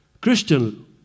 Christian